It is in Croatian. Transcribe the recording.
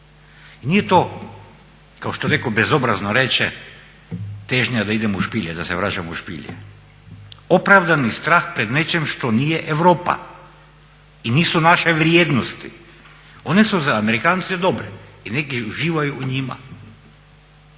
i nije to kako što neko bezobrazno reče težnja da idemo u špilje, da se vraćamo u špilje. Opravdani strah pred nečim što nije Europa i nisu naše vrijednosti, one su za Amerikance dobre i neki uživaju u njima